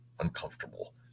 uncomfortable